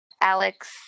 Alex